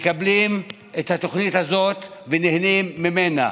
שמקבלים את התוכנית הזאת ונהנים ממנה.